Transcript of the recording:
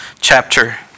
chapter